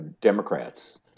Democrats